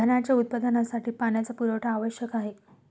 धान्याच्या उत्पादनासाठी पाण्याचा पुरवठा आवश्यक आहे